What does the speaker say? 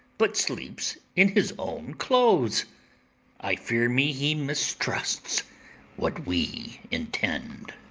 but sleeps in his own clothes i fear me he mistrusts what we intend.